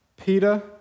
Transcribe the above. Peter